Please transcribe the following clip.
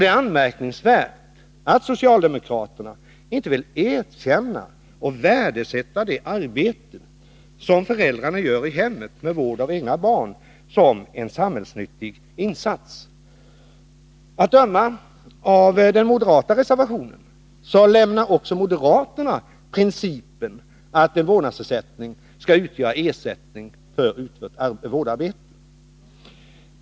Det är anmärkningsvärt att socialdemokraterna inte vill erkänna och värdesätta det arbete som föräldrar gör i hemmet med vård av egna barn som en samhällsnyttig insats. Av en moderat reservation att döma lämnar också moderaterna principen att vårdnadsersättning skall utgöra ersättning för utfört vårdarbete.